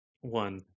one